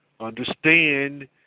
understand